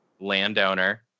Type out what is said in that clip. landowner